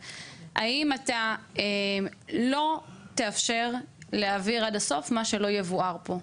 האם אתה לא תאפשר להעביר עד הסוף מה שלא יבואר פה?